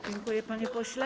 Dziękuję, panie pośle.